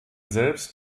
selbst